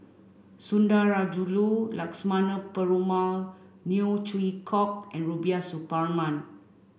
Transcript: Sundarajulu Lakshmana Perumal Neo Chwee Kok and Rubiah Suparman